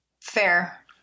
fair